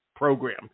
program